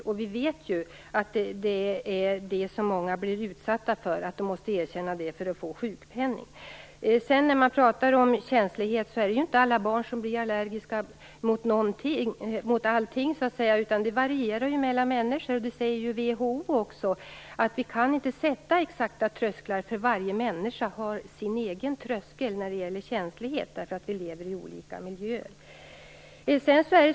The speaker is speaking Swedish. Vi vet att många måste erkänna att de är psykiskt sjuka för att få sjukpenning. Det är inte alla barn som blir allergiska mot allting, utan det varierar mellan människor. WHO menar att vi inte kan sätta exakta trösklar, när varje människa har sin egen tröskel i fråga om känslighet på grund av att vi lever i olika miljöer.